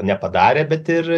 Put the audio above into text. nepadarė bet ir